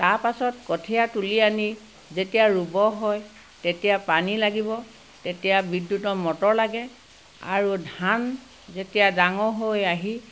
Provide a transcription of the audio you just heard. তাৰপাছত কঠীয়া তুলি আনি যেতিয়া ৰুব হয় তেতিয়া পানী লাগিব তেতিয়া বিদ্যুতৰ মটৰ লাগে আৰু ধান যেতিয়া ডাঙৰ হৈ আহি